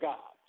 God